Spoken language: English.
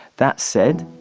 that said,